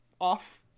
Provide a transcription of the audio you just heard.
off